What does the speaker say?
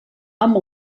amb